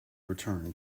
return